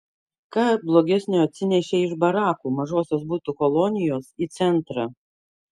ką blogesnio atsinešei iš barakų mažosios butų kolonijos į centrą